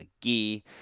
ghee